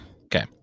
Okay